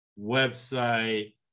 website